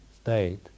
state